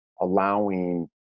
allowing